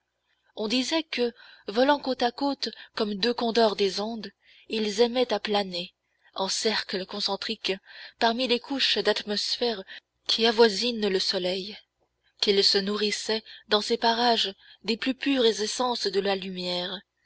on disait que volant côte à côte comme deux condors des andes ils aimaient à planer en cercles concentriques parmi les couches d'atmosphères qui avoisinent le soleil qu'ils se nourrissaient dans ces parages des plus pures essences de la lumière